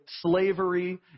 slavery